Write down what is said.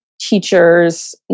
teachers